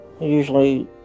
Usually